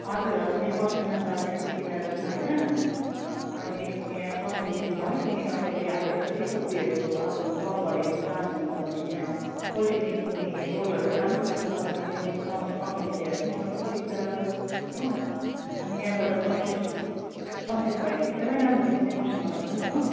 हजुर हजुर यहाँ कर्सियङमा छ ग्यटोक तिन डाँडा छ होइन अनि यहाँ कर्सियङदेखि अलिक मुनि तपाईँले अब यसरी उयोहरू अब गाउँघर हेर्नु चाहनुहुन्छ भने यहाँ पोलिटेकनिकमुनि रोडहरू राम्रो छ अनि त्यहाँ मुनि कमान एरियाहरू पनि मजाको देख्छ हो अनि यहाँबाट सनसेट सनसेट भएको पनि एकदमै राम्रो देख्छ त्यहाँ कर्सियङबाट पनि हो